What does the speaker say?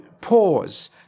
pause